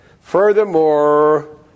Furthermore